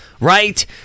right